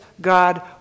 God